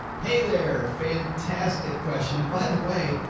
hey there. fantastic question. and by the way,